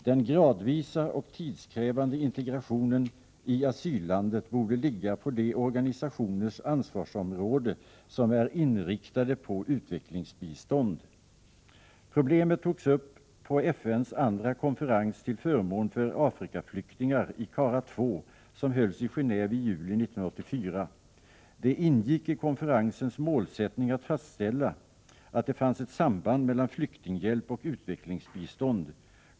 Den gradvisa och tidskrävande integrationen i asyllandet borde ligga på de organisationers ansvarsområde som är inriktade på utvecklingsbistånd. Problemet togs upp på FN:s andra konferens till förmån för Afrikaflyktingar som hölls i Genéve i juli 1984. Det ingick i konferensens målsättning att fastställa, att det fanns ett samband mellan flyktinghjälp och utvecklingsbistånd.